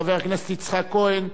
חבר הכנסת יצחק כהן,